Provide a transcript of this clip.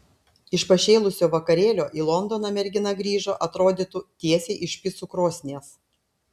iš pašėlusio vakarėlio į londoną mergina grįžo atrodytų tiesiai iš picų krosnies